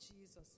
Jesus